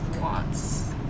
wants